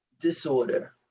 disorder